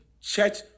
church